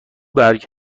برگ